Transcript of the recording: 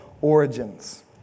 Origins